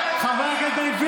חברת הכנסת בן ארי,